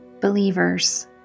Believers